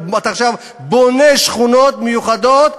אתה עכשיו בונה שכונות מיוחדות,